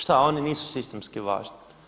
Šta oni nisu sistemski važni?